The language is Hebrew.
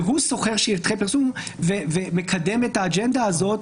והוא שוכר שטחי פרסום ומקדם את האג'נדה הזאת